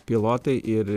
pilotai ir